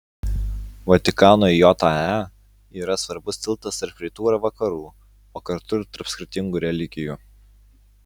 vatikanui jae yra svarbus tiltas tarp rytų ir vakarų o kartu ir tarp skirtingų religijų